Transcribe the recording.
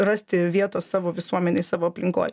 rasti vietos savo visuomenėj savo aplinkoj